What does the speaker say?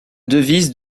devise